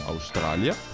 Australia